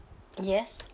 yes